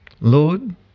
Lord